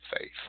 faith